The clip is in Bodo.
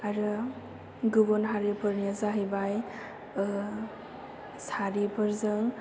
आरो गुबुन हारिफोरनिया जाहैबाय सारिफोरजों